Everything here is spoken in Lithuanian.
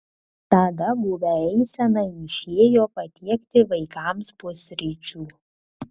tada guvia eisena išėjo patiekti vaikams pusryčių